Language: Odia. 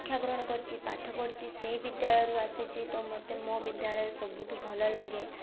ଶିକ୍ଷା ଗ୍ରହଣ କରିଛି ପାଠ ପଢ଼ିଛି ସେଇ ବିଦ୍ୟାଳୟରୁ ଆସିଛି ତ ମତେ ମୋ ବିଦ୍ୟାଳୟ ସବୁଠୁ ଭଲ ଲାଗେ